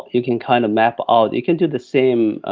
you can kind of map out, you can do the same,